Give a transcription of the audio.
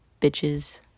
bitches